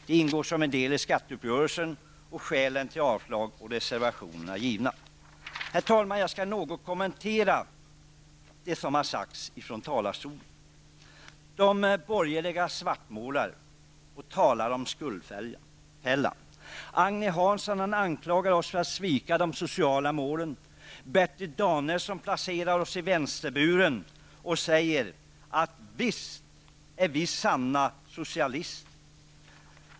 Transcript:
Det ingår som en del i skatteuppgörelsen, och skälen till avslag till reservationerna är därför givna. Herr talman! Jag skall något kommentera det som sagts från talarstolen. De borgerliga svartmålar och talar om skuldfällan. Agne Hansson anklagar oss socialdemokrater för att svika de sociala målen. Bertil Danielsson placerar oss i vänsterburen och säger att vi är sanna socialister.